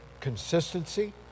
consistency